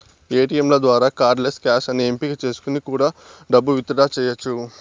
ఏటీయంల ద్వారా cardless cash అనే ఎంపిక చేసుకొని కూడా డబ్బు విత్ డ్రా చెయ్యచ్చు